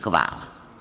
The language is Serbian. Hvala.